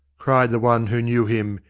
cried the one who knew him,